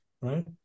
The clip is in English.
right